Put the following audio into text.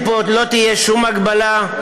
לא תהיה שום הגבלה,